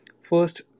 First